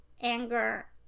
anger